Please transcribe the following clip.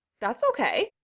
that's okay.